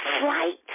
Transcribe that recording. flight